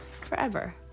forever